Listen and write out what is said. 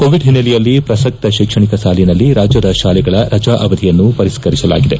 Covid ಹಿನ್ನೆಲೆಯಲ್ಲಿ ಪ್ರಸಕ್ತ ಶೈಕ್ಷಣಿಕ ಸಾಲಿನಲ್ಲಿ ರಾಜ್ಯದ ಶಾಲೆಗಳ ರಜಾ ಅವಧಿಯನ್ನು ಪರಿಷ್ಕರಿಸಲಾಗಿದೆ